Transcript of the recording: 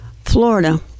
Florida